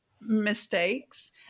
mistakes